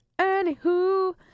Anywho